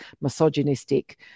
misogynistic